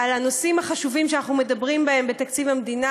על הנושאים החשובים שאנחנו מדברים בהם בתקציב המדינה,